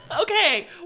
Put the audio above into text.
Okay